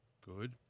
Good